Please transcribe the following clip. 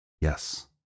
Yes